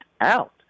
out